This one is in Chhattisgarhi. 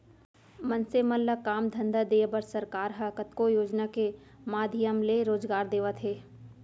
मनसे मन ल काम धंधा देय बर सरकार ह कतको योजना के माधियम ले रोजगार देवत हे